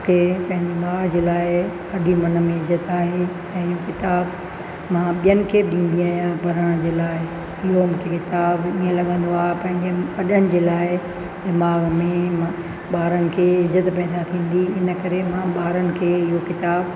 की पंहिंजे माउ जे लाइ अॼु मन में इज़त आणी ऐं किताब मां ॿियनि खे ॾींदी आहियां पढ़ण जे लाइ इहो मूंखे किताबु ईअं लॻंदो आहे पंहिंजे वॾनि जे लाइ दिमाग़ में ॿारनि खे इज़त पैदा थींदी इन करे मां ॿारनि खे इहो किताबु